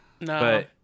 No